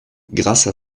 grâce